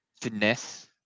finesse